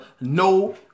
No